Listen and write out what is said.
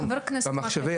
חבר הכנסת מקלב,